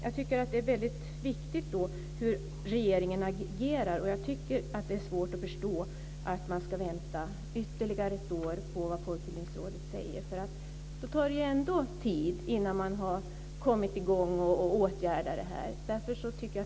Jag tycker att det är viktigt hur regeringen agerar. Jag tycker att det är svårt att förstå att man ska vänta ytterligare ett år på vad Folkbildningsrådet säger. Då tar det ju ändå tid innan man har kommit i gång och åtgärdat det här.